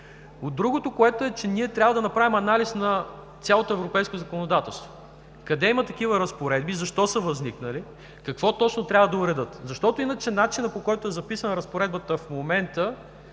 19. Другото е, че ние трябва да направим анализ на цялото европейско законодателство: къде има такива разпоредби, защо са възникнали, какво точно трябва да уредят? Иначе начинът, по който е записана разпоредбата в момента,